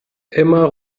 immer